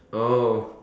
oh